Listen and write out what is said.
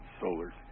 solar